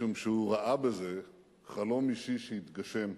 משום שהוא ראה בזה חלום אישי שהתגשם.